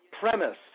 premise